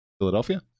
Philadelphia